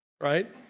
right